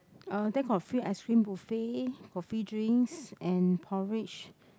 uh then got a free ice cream buffet got free drinks and porridge